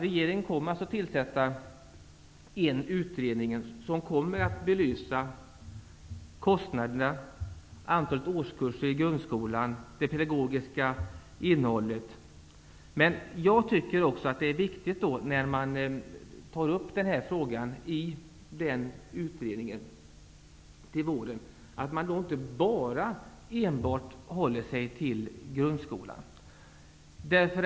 Regeringen kommer att tillsätta en utredning som skall belysa kostnaderna, antalet årskurser och det pedagogiska innehållet i grundskolan. Jag tycker att det är viktigt att utredningen när den till våren skall ta upp detta inte bara håller sig till grundskolan.